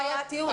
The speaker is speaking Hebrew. זה היה טיעון.